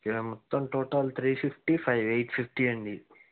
ఎంత total three fifty five eight fifty అండి